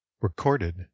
recorded